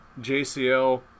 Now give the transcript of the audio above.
JCL